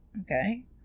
Okay